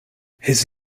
his